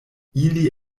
ili